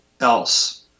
else